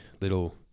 little